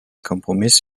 kompromiss